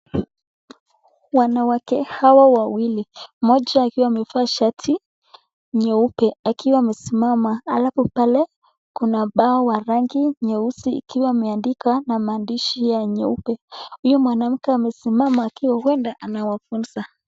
Wanawake hawa wawili, mmoja akiwa amevaa shati nyeupe, akiwa amesimama, alafu pale kuna ubao wa rangi nyeusi, ikiwa imeandikwa na maandishi ya nyeupe, huyo mwanamke akiwa amesimama huenda anawafunza.